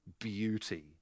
beauty